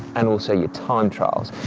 and also your time trials.